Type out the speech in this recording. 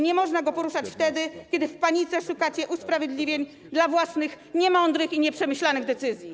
Nie można go poruszać wtedy, kiedy w panice szukacie usprawiedliwień dla własnych niemądrych i nieprzemyślanych decyzji.